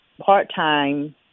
part-time